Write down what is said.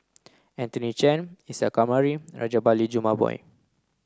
Anthony Chen Isa Kamari Rajabali Jumabhoy